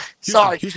Sorry